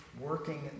working